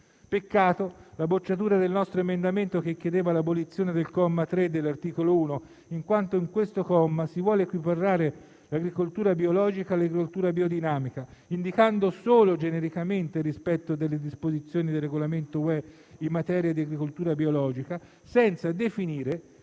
Peccato per la bocciatura del nostro emendamento che chiedeva l'abolizione del comma 3 dell'articolo 1, in quanto in esso si vuole equiparare l'agricoltura biologica all'agricoltura biodinamica, indicando solo genericamente il rispetto delle disposizioni del regolamento UE in materia di agricoltura biologica, senza definire